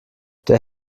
der